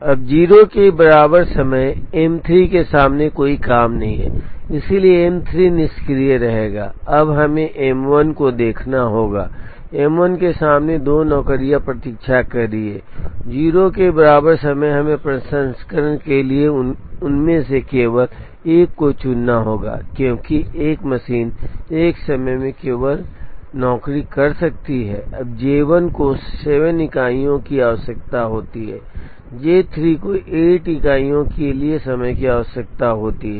अब 0 के बराबर समय M 3 के सामने कोई काम नहीं है इसलिए M 3 निष्क्रिय रहेगा अब हमें M 1 को देखना होगा M 1 के सामने दो नौकरियां प्रतीक्षा कर रही हैं 0 के बराबर समय हमें प्रसंस्करण के लिए उनमें से केवल एक को चुनना होगा क्योंकि एक मशीन एक समय में केवल नौकरी कर सकती है अब जे 1 को 7 इकाइयों की आवश्यकता होती है जे 3 को 8 इकाइयों के लिए समय की आवश्यकता होती है